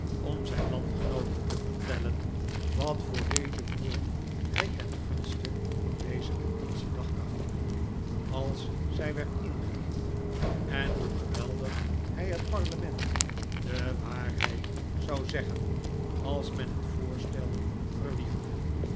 om zijn landgenooten te vertellen wat voor redevoering hij ten gunste van deze petitie dacht te houden als zij werd ingediend en hoe geweldig hij het parlement de waarheid zou zeggen als men het voorstel verwierp